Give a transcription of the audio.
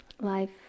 life